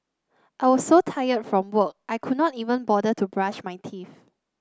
I were so tired from work I could not even bother to brush my teeth